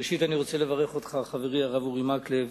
ראשית אני רוצה לברך אותך, חברי הרב אורי מקלב,